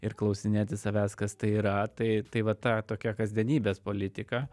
ir klausinėti savęs kas tai yra tai tai va ta tokia kasdienybės politika